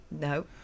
No